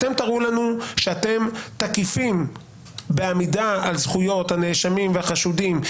אתם תראו לנו שאתם תקיפים בעמידה על זכויות הנאשמים והחשודים.